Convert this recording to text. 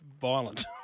violent